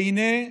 והינה,